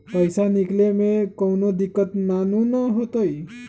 पईसा निकले में कउनो दिक़्क़त नानू न होताई?